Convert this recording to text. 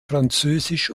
französisch